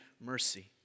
mercy